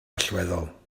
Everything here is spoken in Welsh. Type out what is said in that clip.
allweddol